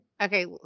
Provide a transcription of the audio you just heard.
Okay